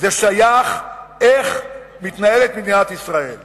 זה שייך לשאלה איך מדינת ישראל מתנהלת.